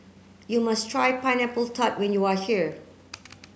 you must try pineapple tart when you are here